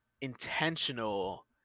intentional